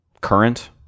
current